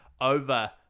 over